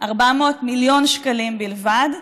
400 מיליון שקלים בלבד.